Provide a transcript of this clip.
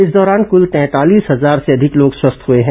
इस दौरान कुल तैंतालीस हजार से अधिक लोग स्वस्थ हुए हैं